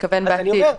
לפחות נכתוב,